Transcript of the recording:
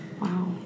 wow